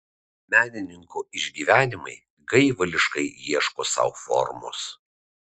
menininko išgyvenimai gaivališkai ieško sau formos